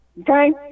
okay